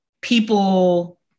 people